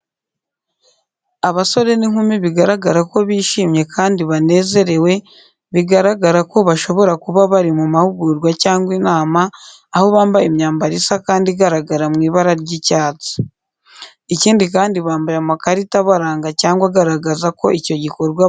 Abasore n'inkumi bigaragara ko bishimye kandi banezerewe, bigaragara ko bashobora kuba bari mu mahugurwa cyangwa inama, aho bambaye imyambaro isa kandi igaragara mu ibara ry'icyatsi. Ikindi kandi bambaye amakarita abaranga cyangwa agaragaza ko icyo gikorwa bagihuriyemo.